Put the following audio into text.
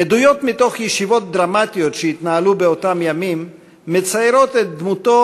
עדויות מישיבות דרמטיות שהתנהלו באותם ימים מציירות את דמותו